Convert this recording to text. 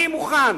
אני מוכן